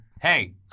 hey